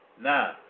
Now